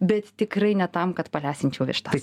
bet tikrai ne tam kad palesinčiau vištas